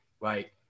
Right